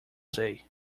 say